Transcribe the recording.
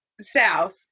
south